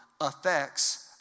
affects